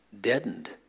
deadened